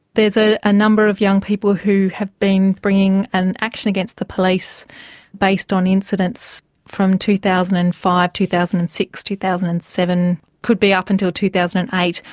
there's a ah number of young people who have been bringing an action against the police based on incidents from two thousand and five, two thousand and six, two thousand and seven, could be up until two thousand and eight.